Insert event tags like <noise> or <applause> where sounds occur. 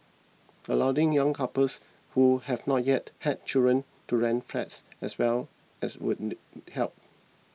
allowing young couples who have not yet had children to rent flats as well as would <noise> help